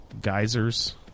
Geysers